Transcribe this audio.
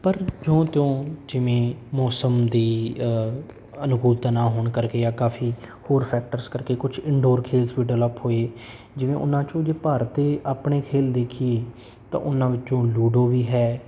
ਪਰ ਜਿਓਂ ਤਿਓਂ ਜਿਵੇਂ ਮੌਸਮ ਦੀ ਅਨੁਕੂਲਤਾ ਨਾ ਹੋਣ ਕਰਕੇ ਜਾਂ ਕਾਫ਼ੀ ਹੋਰ ਫੈਕਟਰਸ ਕਰਕੇ ਕੁਝ ਇੰਡੋਰ ਖੇਲ੍ਹ ਵੀ ਡਿਵੈਲਪ ਹੋਏ ਜਿਵੇਂ ਉਹਨਾਂ ਚੋਂ ਜੇ ਭਾਰਤ ਦੇ ਆਪਣੇ ਖੇਲ੍ਹ ਦੇਖੀਏ ਤਾਂ ਉਹਨਾਂ ਵਿੱਚੋਂ ਲੂਡੋ ਵੀ ਹੈ